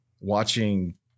Watching